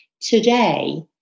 Today